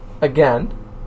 Again